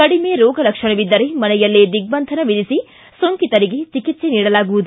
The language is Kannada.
ಕಡಿಮೆ ರೋಗ ಲಕ್ಷಣವಿದ್ದರೆ ಮನೆಯಲ್ಲೇ ದಿಗ್ಬಂಧನ ವಿಧಿಸಿ ಸೋಂಕಿತರಿಗೆ ಚಿಕಿತ್ಸೆ ನೀಡಲಾಗುವುದು